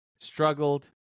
struggled